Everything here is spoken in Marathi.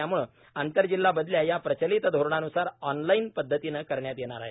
त्यामुळे आंतरजिल्हा बदल्या या प्रचलित धोरणान्सार ऑनलाईन पद्धतीने करण्यात येणार आहेत